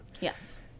Yes